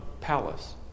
palace